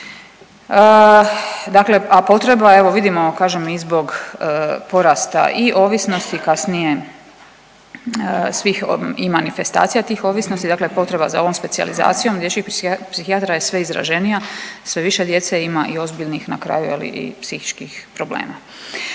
Dakle, a potreba je evo vidimo kažem i zbog porasta i ovisnosti, kasnije svih i manifestacija tih ovisnosti, dakle potreba za ovom specijalizacijom dječjih psihijatara je sve izraženija, sve više djece ima i ozbiljnih na kraju i psihičkih problema.